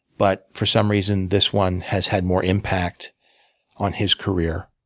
but for some reason, this one has had more impact on his career,